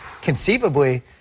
Conceivably